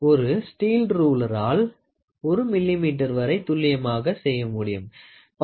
ஒரு ஸ்டீல் ரூலறால் 1 millimetre வரை துல்லியமாக செய்ய முடியும் 0